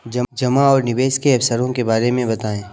जमा और निवेश के अवसरों के बारे में बताएँ?